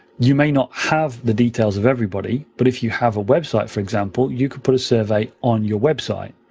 you may not have the details of everybody. but if you have a website, for example, you could put a survey on your website.